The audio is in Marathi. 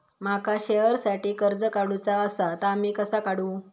माका शेअरसाठी कर्ज काढूचा असा ता मी कसा काढू?